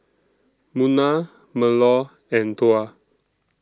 Munah Melur and Tuah